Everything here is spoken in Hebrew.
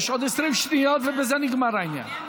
יש עוד 20 שניות ובזה נגמר העניין.